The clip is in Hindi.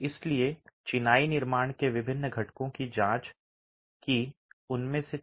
इसलिए चिनाई निर्माण के विभिन्न घटकों की जांच की उनमें से चार